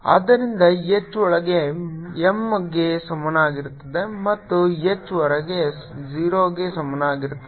ಆದ್ದರಿಂದ H ಒಳಗೆ minus M ಗೆ ಸಮಾನವಾಗಿರುತ್ತದೆ ಮತ್ತು H ಹೊರಗೆ 0 ಗೆ ಸಮನಾಗಿರುತ್ತದೆ